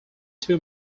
too